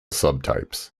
subtypes